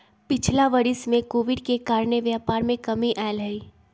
पिछिला वरिस में कोविड के कारणे व्यापार में कमी आयल हइ